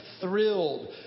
thrilled